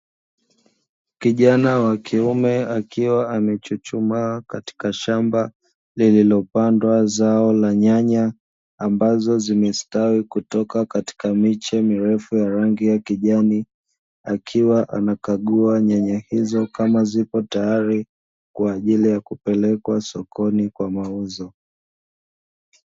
Kijana wa kiume akiwa amechuchumaa katika shamba lililopandwa zao la nyanya ambazo zimestawi kutoka katika miche mirefu ya rangi ya kijani, akiwa anakagua nyanya hizo kama zipo tayari kwa ajili ya kupelekwa sokoni kwa mauzo.